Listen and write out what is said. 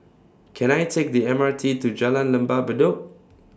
Can I Take The M R T to Jalan Lembah Bedok